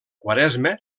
quaresma